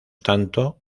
tanto